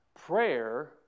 Prayer